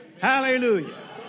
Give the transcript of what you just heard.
Hallelujah